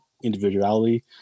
individuality